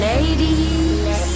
Ladies